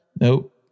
Nope